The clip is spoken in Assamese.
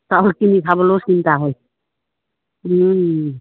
চাউল কিনি খাবলৈও চিন্তা হয়